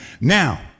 now